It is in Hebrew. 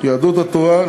יהדות התורה,